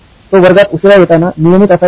तो वर्गात उशिरा येताना नियमित असायचा